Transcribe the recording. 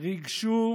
ריגשו